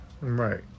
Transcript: right